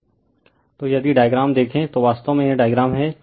refer slide time 2202 तो यदि diagram देखें तो वास्तव में यह डायग्राम है